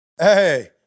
Hey